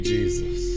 Jesus